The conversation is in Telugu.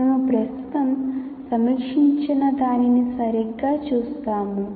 మేము ప్రస్తుతం సమీక్షించినదానిని సరిగ్గా చూస్తాము